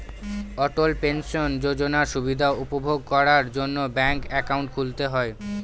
অটল pension যোজনার সুবিধা উপভোগ করার জন্য ব্যাঙ্ক একাউন্ট খুলতে হয়